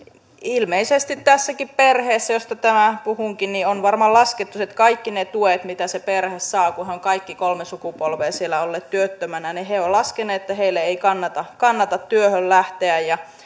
ilmeisesti tässäkin perheessä josta tänään puhuinkin on varmaan laskettu kaikki ne tuet mitä se perhe saa kun he ovat kaikki kolme sukupolvea siellä olleet työttöminä he ovat laskeneet että heidän ei kannata kannata työhön lähteä